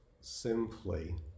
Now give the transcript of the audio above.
simply